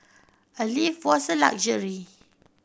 a lift was a luxury